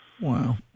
Wow